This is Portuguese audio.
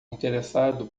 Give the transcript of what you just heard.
interessado